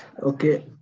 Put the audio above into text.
Okay